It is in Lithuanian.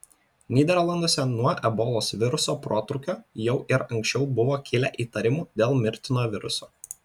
nyderlanduose nuo ebolos viruso protrūkio jau ir anksčiau buvo kilę įtarimų dėl mirtino viruso